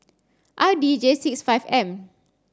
R D J six five M